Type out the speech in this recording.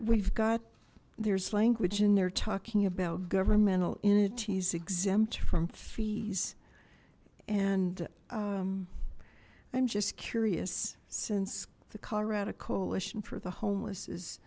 we've got there's language in there talking about governmental entities exempt from fees and i'm just curious since the colorado coalition for the homeless is